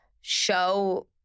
show